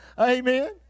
Amen